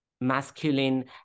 masculine